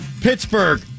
Pittsburgh